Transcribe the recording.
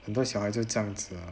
很多小孩子就这样子 ah